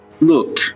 look